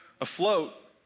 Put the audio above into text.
afloat